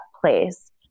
place